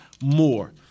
more